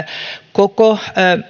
koko